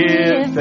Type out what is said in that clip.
Give